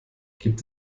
gibt